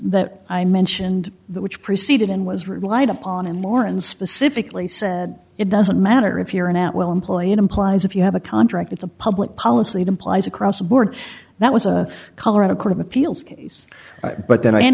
that i mentioned which preceded and was relied upon and more and specifically said it doesn't matter if you're an at will employee it implies if you have a contract it's a public policy to applies across a board that was a color in a court of appeals case but then and